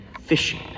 fishing